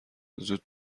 زود